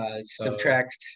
Subtract